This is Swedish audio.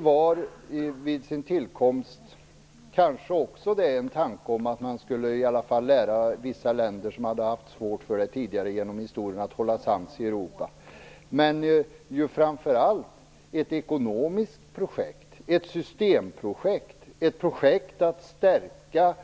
När EU kom till fanns det kanske också en tanke att man skulle lära vissa länder i Europa att hålla sams som hade haft svårt för det tidigare genom historien, men det är ju framför allt ett ekonomiskt projekt, ett systemprojekt, ett projekt för att stärka